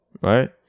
Right